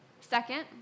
Second